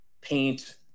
paint